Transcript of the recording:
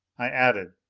i added,